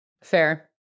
Fair